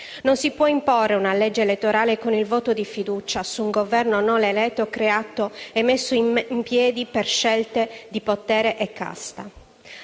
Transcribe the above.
Non si può imporre una legge elettorale con il voto di fiducia ad un Governo non eletto, creato e messo in piedi per scelte di potere e casta.